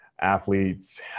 athletes